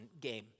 game